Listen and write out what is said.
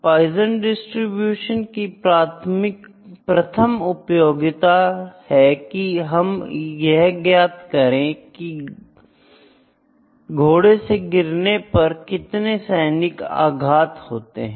Poisson distribution की प्रथम उपयोगिता है कि हम यह ज्ञात करें की घोड़े से गिरने पर कितने सैनिक अघात होते हैं